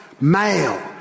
male